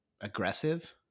aggressive